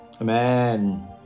Amen